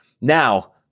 Now